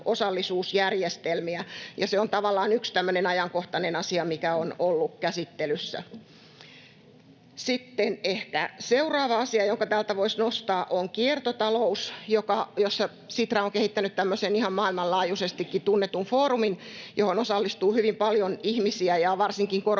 osallisuusjärjestelmiä. Se on tavallaan yksi tämmöinen ajankohtainen asia, mikä on ollut käsittelyssä. Sitten ehkä seuraava asia, jonka täältä voisi nostaa, on kiertotalous, jossa Sitra on kehittänyt tämmöisen ihan maailmanlaajuisestikin tunnetun foorumin, johon osallistuu hyvin paljon ihmisiä. Varsinkin korona-aikana,